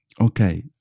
Okay